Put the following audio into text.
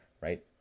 Right